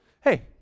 hey